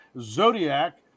Zodiac